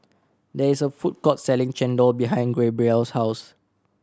there is a food court selling chendol behind Gabriel's house